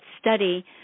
study